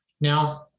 Now